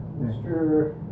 Mr